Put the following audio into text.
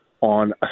on